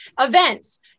events